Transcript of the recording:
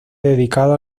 dedicado